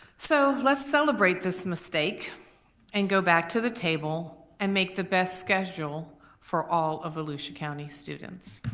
so let's celebrate this mistake and go back to the table and make the best schedule for all of volusia county students.